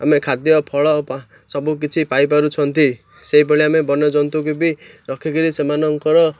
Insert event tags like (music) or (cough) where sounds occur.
ଆମେ ଖାଦ୍ୟ ଫଳ (unintelligible) ସବୁ କିଛି ପାଇପାରୁଛନ୍ତି ସେଇଭଳି ଆମେ ବନ୍ୟଜନ୍ତୁଙ୍କୁ ବି ରଖିକିରି ସେମାନଙ୍କର